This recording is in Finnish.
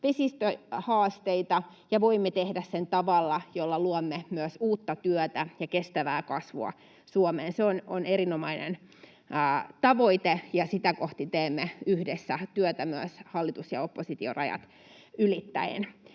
vesistöhaasteita, ja voimme tehdä sen tavalla, jolla luomme myös uutta työtä ja kestävää kasvua Suomeen. Se on erinomainen tavoite, ja sitä kohti teemme yhdessä työtä myös hallitus—oppositio-rajat ylittäen.